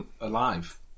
Alive